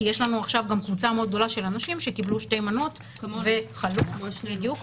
כי יש לנו עכשיו קבוצה מאוד גדולה של אנשים שקיבלו שתי מנות וחלו כמו